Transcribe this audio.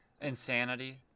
Insanity